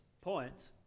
point